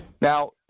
Now